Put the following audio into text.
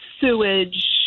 Sewage